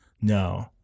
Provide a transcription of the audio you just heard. No